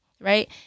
right